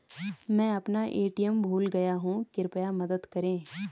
मैं अपना ए.टी.एम भूल गया हूँ, कृपया मदद करें